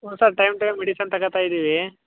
ಹ್ಞೂ sir time ಟೈಮಿಗೆ medicine ತಗತ್ತಾ ಇದ್ದೀವಿ